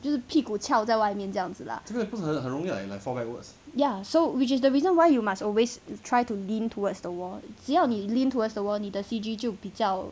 就是屁股翘在外面这样子了 ya so which is the reason why you must always try to lean towards the wall 只要你 lean towards the wall 你的 C_G 就比较